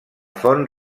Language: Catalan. font